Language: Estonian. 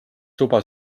tuba